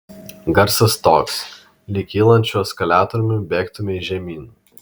garsas toks lyg kylančiu eskalatoriumi bėgtumei žemyn